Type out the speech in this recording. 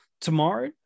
Tomorrow